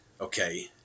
Okay